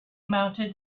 mounted